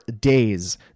days